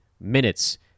minutes